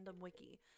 wiki